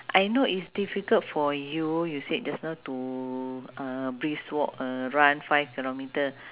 I know it's difficult for you you said just now to uh brisk walk uh run five kilometre